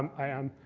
i am.